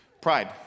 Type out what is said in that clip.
pride